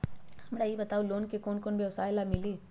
हमरा ई बताऊ लोन कौन कौन व्यवसाय ला मिली?